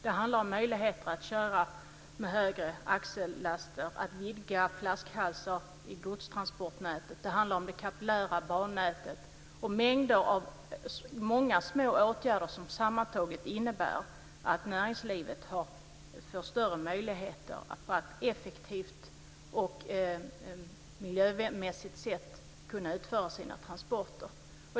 Det handlar om möjligheter att köra med högre axellaster, att vidga flaskhalsar i godstransportnätet, det kapillära bannätet och många små åtgärder som sammantaget innebär att näringslivet får större möjligheter att på ett effektivt och miljömässigt sätt kunna utföra sina transporter.